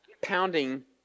pounding